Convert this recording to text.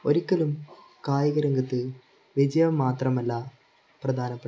ഒരിക്കലും കായികരംഗത്ത് വിജയം മാത്രമല്ല പ്രധാനപ്പെട്ടത്